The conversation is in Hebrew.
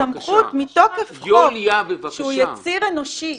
הסמכות מתוקף חוק שהוא יציר אנושי,